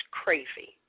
crazy